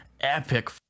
epic